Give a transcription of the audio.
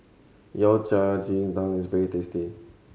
Yao Cai ji tang is very tasty